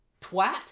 twat